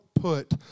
put